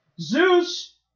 Zeus